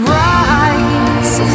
rise